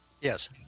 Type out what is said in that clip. Yes